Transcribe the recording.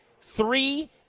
three